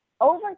Over